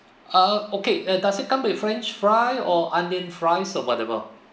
uh okay uh does it comes with french fries or onion fries or whatever